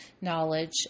knowledge